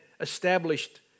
established